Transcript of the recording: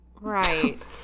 right